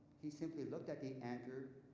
he simply looked at the anchor